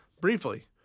Briefly